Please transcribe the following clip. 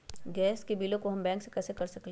Gas के बिलों हम बैंक से कैसे कर सकली?